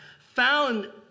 found